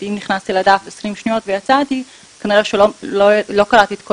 אם נכנסתי לדף 20 שניות ויצאתי כנראה שלא קראתי את כל